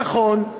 נכון,